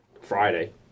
Friday